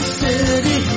city